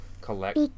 collect